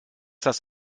das